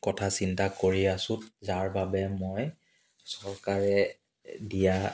কথা চিন্তা কৰি আছোঁ যাব বাবে মই চৰকাৰে দিয়া